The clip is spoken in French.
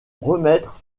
remettre